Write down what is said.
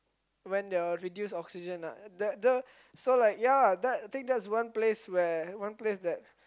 when your reduced oxygen ah the the so like ya that I think that's one place where one place that